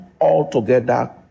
altogether